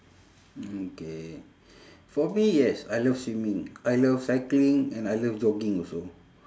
mm K for me yes I love swimming I love cycling and I love jogging also